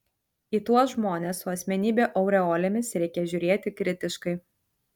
į tuos žmones su asmenybių aureolėmis reikia žiūrėti kritiškai